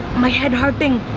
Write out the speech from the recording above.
my head hurting.